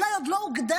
אולי עוד לא הוגדרנו,